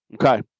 Okay